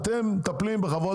אתם מטפלים בחברות